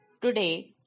Today